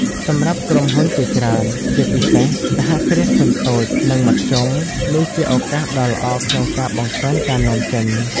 សម្រាប់ក្រុមហ៊ុនជាច្រើន ជាពិសេសសហគ្រាសធុនតូច និងមធ្យម នេះជាឱកាសដ៏ល្អក្នុងការបង្កើនការនាំចេញ។